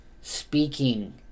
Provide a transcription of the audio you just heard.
speaking